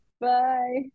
Bye